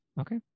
Okay